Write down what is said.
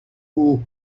aux